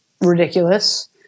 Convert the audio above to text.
ridiculous